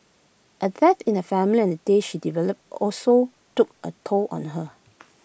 A death in the family the day she delivered also took A toll on her